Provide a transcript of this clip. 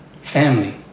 family